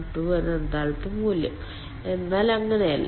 12 എന്ന എൻതാൽപ്പി മൂല്യം എന്നാൽ അങ്ങനെയല്ല